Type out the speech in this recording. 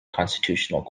constitutional